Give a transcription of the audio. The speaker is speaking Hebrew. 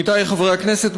עמיתי חברי הכנסת,